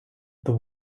the